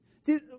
See